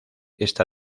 esta